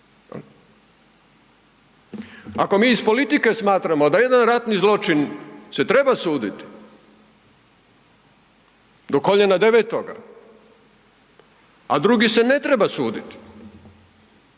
Ako mi iz politike smatramo da jedan ratni zločin se treba suditi do koljena devetoga, a drugi se ne treba suditi